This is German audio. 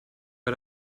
bei